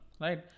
right